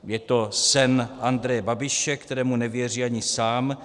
Je to sen Andreje Babiše, kterému nevěří ani sám.